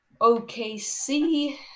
OKC